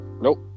nope